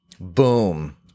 Boom